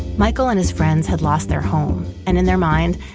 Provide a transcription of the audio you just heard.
michael's and his friends had lost their home, and in their mind,